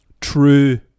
true